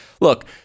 look